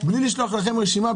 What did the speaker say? מבלי לשלוח לכם רשימה.